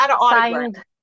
signed